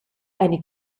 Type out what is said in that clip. eine